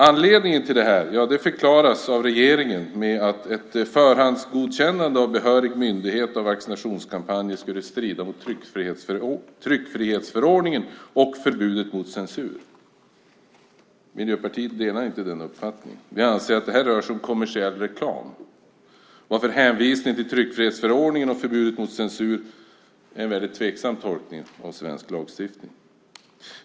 Anledningen till detta förklaras av regeringen med att ett förhandsgodkännande av behörig myndighet av vaccinationskampanjer skulle strida mot tryckfrihetsförordningen och förbudet mot censur. Miljöpartiet delar inte den uppfattningen. Vi anser att det här rör sig om kommersiell reklam varför hänvisningen till tryckfrihetsförordningen och förbudet mot censur är en tveksam tolkning av svensk lagstiftning.